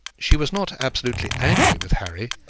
she was not absolutely angry with harry,